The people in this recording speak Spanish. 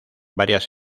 varias